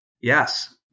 Yes